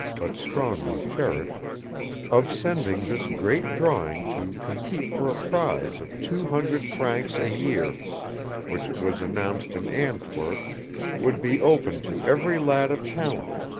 but strongly cherished of sending this great drawing to compete for a prize of two hundred francs a year which it was announced in antwerp would be open to every lad of talent,